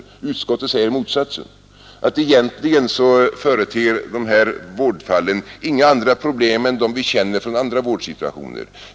Utskottet säger motsatsen, att egentligen företer de här vårdfallen inga andra problem än dem som vi känner från andra vårdsituationer.